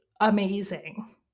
amazing